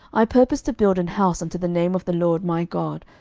i purpose to build an house unto the name of the lord my god,